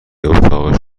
اتاق